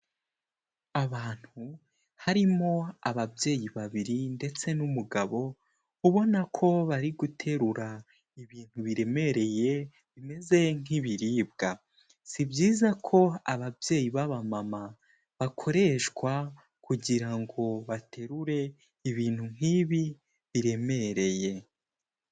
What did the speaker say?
Abantu harimo ababyeyi babiri ndetse n'umugabo, ubona ko bari guterura ibintu biremereye, bimeze nk'ibiribwa, si byiza ko ababyeyi b'abamama, bakoreshwa kugira ngo baterure ibintu nk'ibi biremereye.